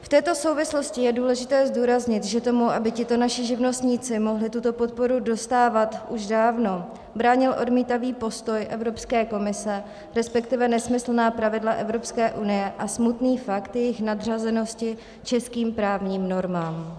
V této souvislosti je důležité zdůraznit, že tomu, aby tito naši živnostníci mohli tuto podporu dostávat už dávno, bránil odmítavý postoj Evropské komise, respektive nesmyslná pravidla Evropské unie a smutný fakt jejich nadřazenosti českým právním normám.